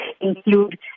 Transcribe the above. include